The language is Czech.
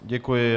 Děkuji.